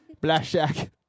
Blashak